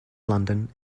london